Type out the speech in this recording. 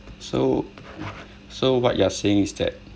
so so what you are saying is that